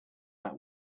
that